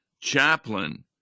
chaplain